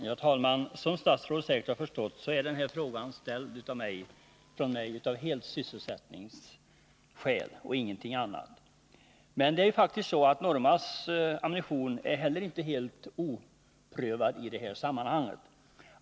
Herr talman! Som statsrådet säkert har förstått har jag ställt den här frågan helt och hållet av sysselsättningsskäl och ingenting annat. Men Normas ammunition är heller inte helt oprövad i det här sammanhanget.